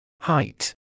Height